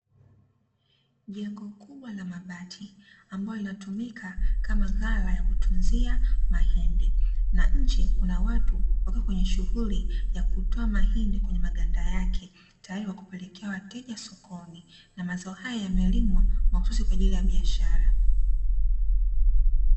Jengo kubwa la mabati ambalo linatumika kama ghala ya kutunzia mahindi na nje kuna watu wakiwa kwenye shughuli ya kutoa mahindi kwenye maganda yake, Tayali kwa kupelekea wateja sokoni, Na mazao haya yamelimwa mahususi kwaajili ya biashara.